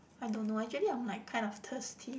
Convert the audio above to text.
I don't know eh actually I'm like kind of thirsty